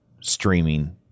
streaming